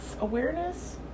awareness